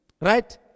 Right